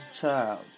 child